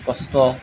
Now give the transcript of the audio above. কষ্ট